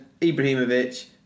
Ibrahimovic